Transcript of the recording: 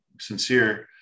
sincere